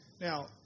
now